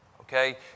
Okay